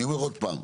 אני אומר עוד פעם,